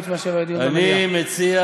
אני מציע